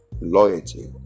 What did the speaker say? loyalty